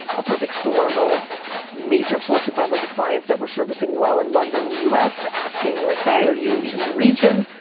a perfect storm of major fortune five hundred clients that we're servicing well in london and the us asking, like, hey, are you in the region?